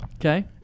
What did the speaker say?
Okay